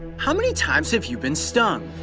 how many times have you been stung.